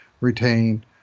retain